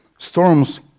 Storms